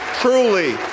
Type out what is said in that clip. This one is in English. truly